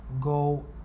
go